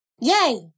Yay